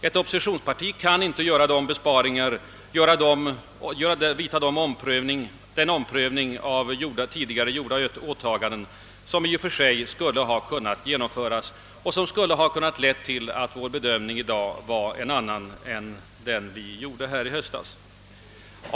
Som oppositionsparti kan vi inte göra de besparingar eller vidta den omprövning av tidigare åtaganden som skulle ha möjliggjort för oss att i dag bedöma skattefrågan på exakt samma sätt som i höstas.